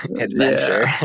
Adventure